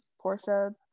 Portia